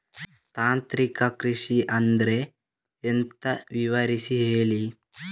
ತಾಂತ್ರಿಕ ಕೃಷಿ ಅಂದ್ರೆ ಎಂತ ವಿವರಿಸಿ ಹೇಳಿ